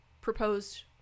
proposed